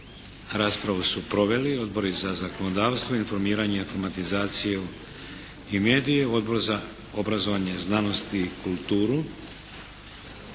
Raspravu su proveli odbori za zakonodavstvo, informiranje, informatizaciju i medije, Odbor za obrazovanje, znanost i kulturu.